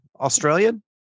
Australian